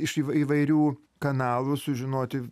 iš įv įvairių kanalų sužinoti